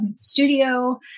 studio